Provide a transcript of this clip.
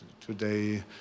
today